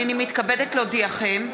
הנני מתכבדת להודיעכם,